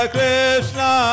Krishna